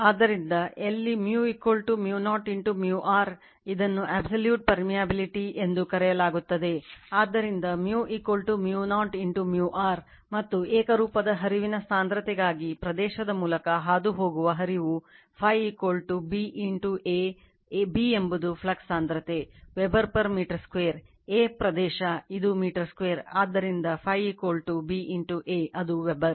ಆದ್ದರಿಂದ ಎಲ್ಲಿ μ μ0 μr ಇದನ್ನು absolute permeability ಅದು ಮೀಟರ್ 2 ಆದ್ದರಿಂದ Φ B A ಅದು ವೆಬರ್